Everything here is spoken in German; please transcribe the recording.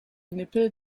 nippel